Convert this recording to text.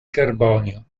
carbonio